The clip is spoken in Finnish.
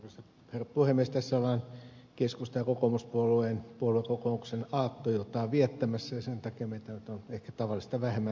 tässä ollaan keskustan ja kokoomuspuolueen puoluekokouksen aattoiltaa viettämässä ja sen takia meitä nyt on ehkä tavallista vähemmän vielä täällä